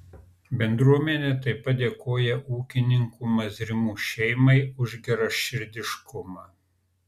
bendruomenė taip pat dėkoja ūkininkų mazrimų šeimai už geraširdiškumą